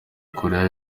korea